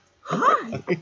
hi